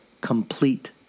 complete